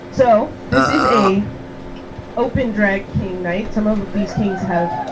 so this is a open drinking night. some of these things have